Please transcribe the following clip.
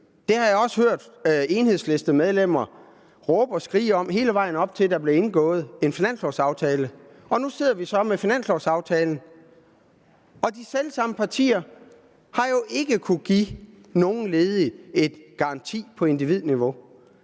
Det har jeg også hørt Enhedslistemedlemmer råbe og skrige om hele vejen op til, at der blev indgået en finanslovaftale. Nu sidder vi så med finanslovaftalen, og der kan vi se, at de selv samme partier jo ikke har kunnet give de ledige nogen garanti på individniveau.